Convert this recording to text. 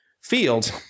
field